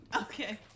Okay